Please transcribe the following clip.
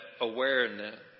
awareness